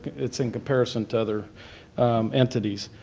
it's in comparison to other entities.